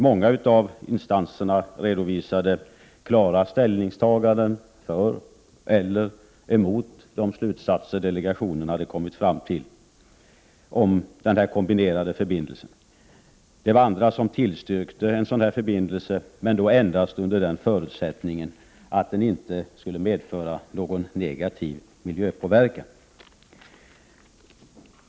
Många av instanserna redovisade klara ställningstaganden för eller emot de slutsatser delegationen hade kommit 30 november 1988 fram till om kombinerad förbindelse. Andra tillstyrkte en sådan förbindelse men då endast under den förutsättningen att den inte skulle medföra någon negativ miljöpåverkan.